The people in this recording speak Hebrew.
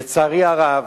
לצערי הרב,